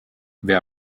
wer